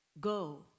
go